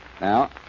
Now